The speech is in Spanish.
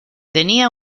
tenía